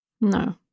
No